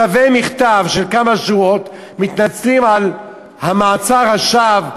שווה מכתב של כמה שורות: מתנצלים על מעצר השווא,